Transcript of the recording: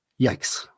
Yikes